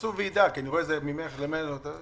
בחוק מע"מ זה 73, לדעתי - מהזיכרון.